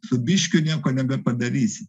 su biškiu nieko nebepadarysi